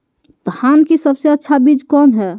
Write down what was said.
धान की सबसे अच्छा बीज कौन है?